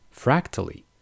fractally